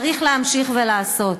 צריך להמשיך ולעשות.